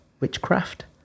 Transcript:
witchcraft